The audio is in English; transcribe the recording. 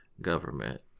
government